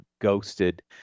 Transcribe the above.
ghosted